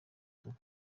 turi